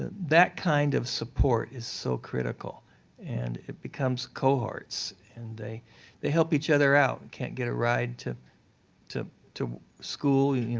that kind of support is so critical and it becomes cohorts. and they they help each other out. they can't get a ride to to to school, you